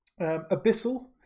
abyssal